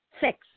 Six